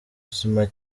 cya